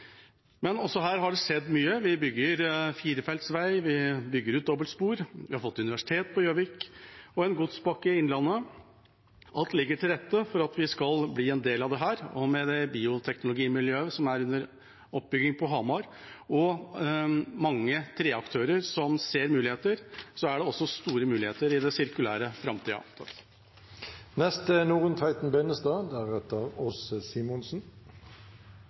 Men også her har det skjedd mye: Vi bygger firefelts vei, vi bygger ut dobbeltspor, vi har fått universitet på Gjøvik og Godspakke Innlandet. Alt ligger til rette for at vi skal bli en del av dette, og med det bioteknologimiljøet som er under oppbygging på Hamar, og mange treaktører som ser muligheter, er det også store muligheter i den sirkulære framtida.